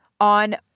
On